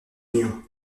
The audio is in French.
union